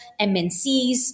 MNCs